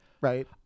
right